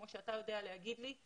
כמו שאתה יודע להגיד לי,